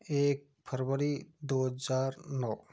एक फरवरी दो हज़ार नौ